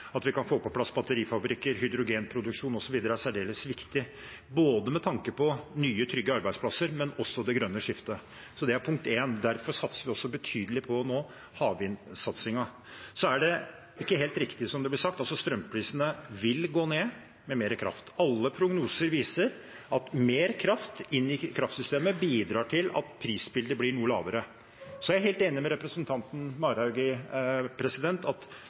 at vi kan få på plass batterifabrikker, hydrogenproduksjon osv., er særdeles viktig både med tanke på nye, trygge arbeidsplasser og også det grønne skiftet. Det er punkt 1. Derfor satser vi nå betydelig på havvind. Så er det ikke helt riktig det som blir sagt. Strømprisene vil gå ned med mer kraft. Alle prognoser viser at mer kraft inn i kraftsystemet bidrar til at prisene – prisbildet – blir noe lavere. Jeg er helt enig med representanten Marhaug i at